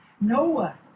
Noah